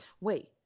Wait